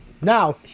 now